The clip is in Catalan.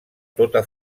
tota